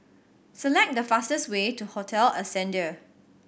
select the fastest way to Hotel Ascendere